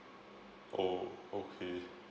oh okay